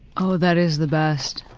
oh, that is the best.